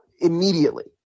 immediately